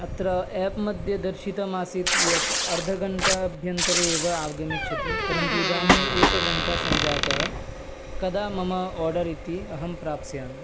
अत्र आप् मध्ये दर्शितमासीत् यत् अर्धघण्टाभ्यन्तरे एव आगमिष्यति परन्तु इदानीम् एकघण्टा सञ्जाता कदा मम ओर्डर् इति अहं प्राप्स्यामि